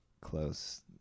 close